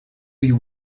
you